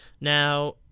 Now